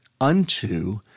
unto